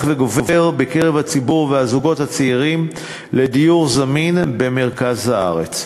וגובר בקרב הציבור והזוגות הצעירים לדיור זמין במרכז הארץ.